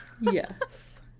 yes